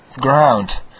ground